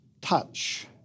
touch